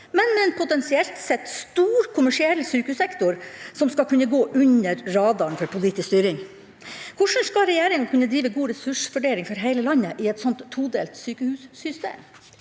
men med en potensielt sett stor kommersiell sykehussektor som skal kunne gå under radaren for politisk styring. Hvordan skal regjeringa kunne drive god ressursfordeling for hele landet i et slikt todelt sykehussystem?